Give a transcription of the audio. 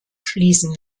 schließen